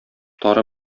тары